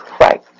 Right